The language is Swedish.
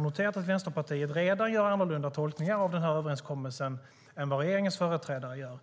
noterat att Vänsterpartiet redan gör annorlunda tolkningar av överenskommelsen än vad regeringens företrädare gör.